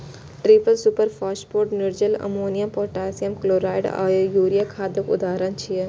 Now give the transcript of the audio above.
triple superphosphate, निर्जल अमोनियो, potassium chloride आ यूरिया खादक उदाहरण छियै